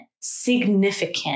significant